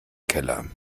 keller